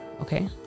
Okay